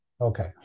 Okay